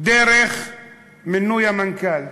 דרך מינוי המנכ"ל.